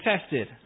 tested